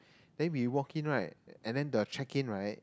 then we walked in right and the check in right